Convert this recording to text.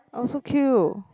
oh so cute